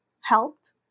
helped